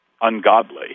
ungodly